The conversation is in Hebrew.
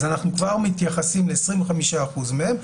אז אנחנו כבר מתייחסים ל-25 אחוזים מהם.